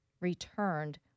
returned